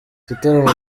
igitaramo